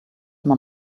man